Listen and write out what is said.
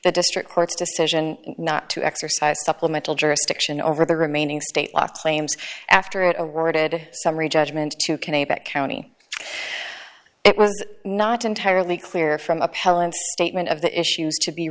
the district court's decision not to exercise supplemental jurisdiction over the remaining state law claims after it awarded summary judgment to canape at county it was not entirely clear from appellant statement of the issues to be